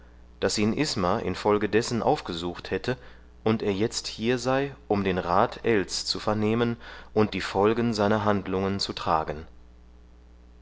daß ihn isma infolgedessen aufgesucht hätte und er jetzt hier sei um den rat ells zu vernehmen und die folgen seiner handlungen zu tragen